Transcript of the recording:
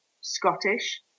Scottish